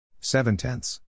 Seven-tenths